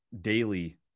daily